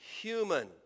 human